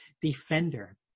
defender